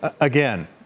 again